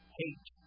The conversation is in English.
hate